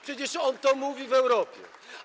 Przecież on to mówi w Europie.